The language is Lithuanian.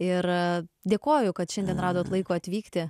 ir a dėkoju kad šiandien radot laiko atvykti